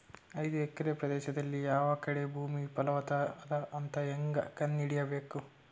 ಐದು ಎಕರೆ ಪ್ರದೇಶದಲ್ಲಿ ಯಾವ ಕಡೆ ಭೂಮಿ ಫಲವತ ಅದ ಅಂತ ಹೇಂಗ ಕಂಡ ಹಿಡಿಯಬೇಕು?